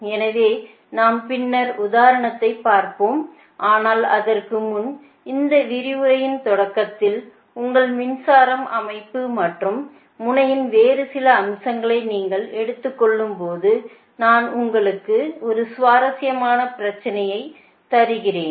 எனவே நாம் பின்னர் உதாரணத்தைப் பார்ப்போம் ஆனால் அதற்கு முன் இந்த விரிவுரையின் தொடக்கத்தில் உங்கள் மின்சாரம் அமைப்பு மற்றும் முனையில் வேறு சில அம்சங்களை நீங்கள் எடுத்துக் கொள்ளும்போது நான் உங்களுக்கு 1 சுவாரஸ்யமான பிரச்சனையை தருகிறேன்